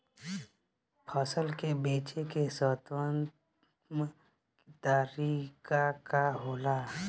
फसल के बेचे के सर्वोत्तम तरीका का होला?